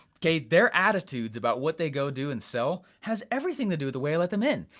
kay, their attitudes about what they go do and sell has everything to do with the way i let them in.